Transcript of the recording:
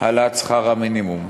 בהעלאת שכר המינימום.